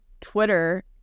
Twitter